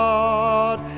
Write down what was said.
God